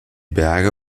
berge